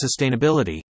sustainability